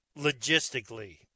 logistically